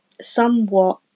somewhat